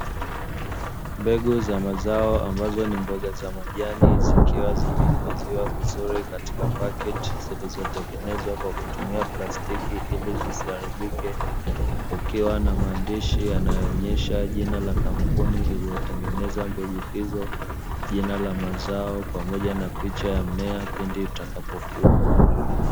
Mbegu za mazao ambazo ni mboga za majani zikiwa zimehifadhiwa vizuri, katika paketi zilizotengenezwa kwa kutumia plastiki ili zisiharibike, kukiwa na maandishi yanayoonesha jina la kampuni iliyotengeneza mbegu hizo, jina la mazao pamoja na picha ya mmea pindi utakapokua.